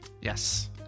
yes